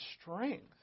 strength